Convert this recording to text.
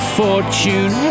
fortune